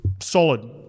solid